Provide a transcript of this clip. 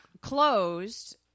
closed